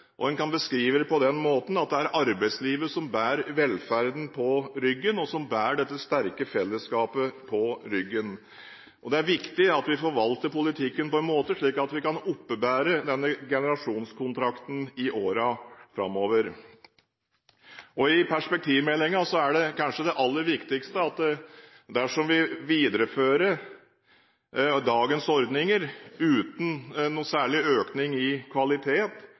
arbeidslivet. En kan beskrive det på den måten at det er arbeidslivet som bærer velferden og dette sterke fellesskapet på ryggen. Det er viktig at vi forvalter politikken på en slik måte at vi kan oppebære denne generasjonskontrakten i årene framover. I perspektivmeldingen er kanskje det aller viktigste at dersom vi viderefører dagens ordninger uten noen særlig økning i kvalitet,